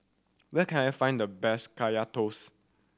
where can I find the best Kaya Toast